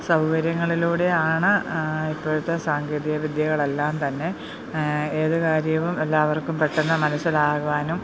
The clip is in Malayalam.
സൗകര്യങ്ങളിലൂടെയാണ് ഇപ്പോഴത്തെ സാങ്കേതികവിദ്യകളെല്ലാം തന്നെ ഏതു കാര്യവും എല്ലാവർക്കും പെട്ടെന്ന് മനസ്സിലാകുവാനും